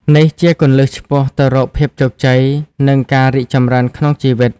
នេះជាគន្លឹះឆ្ពោះទៅរកភាពជោគជ័យ និងការរីកចម្រើនក្នុងជីវិត។